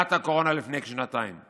בהלת הקורונה לפני כשנתיים.